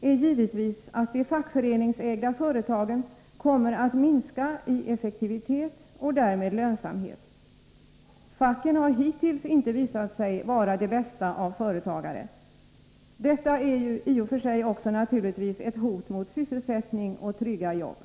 är givetvis att de fackföreningsägda företagen kommer att minska i effektivitet och därmed lönsamhet. Facken har hittills inte visat sig vara de bästa av företagare. Detta är naturligtvis också ett hot mot sysselsättning och trygga jobb.